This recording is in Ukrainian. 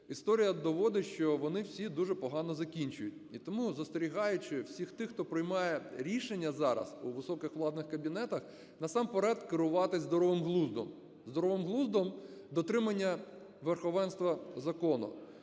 історія доводить, що вони всі дуже погано закінчують. І тому, застерігаючи всіх тих, хто приймає рішення зараз у високих владних кабінетах, насамперед керуватися здоровим глуздом, здоровим глуздом дотримання верховенства закону